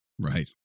right